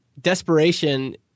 Desperation